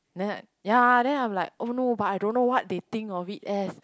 then ya then I'm like oh no but I don't know what they think of it as